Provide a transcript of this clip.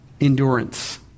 Endurance